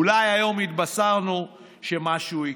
ואולי היום התבשרנו שמשהו יקרה.